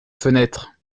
fenêtre